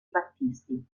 battisti